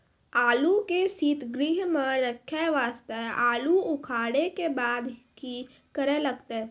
आलू के सीतगृह मे रखे वास्ते आलू उखारे के बाद की करे लगतै?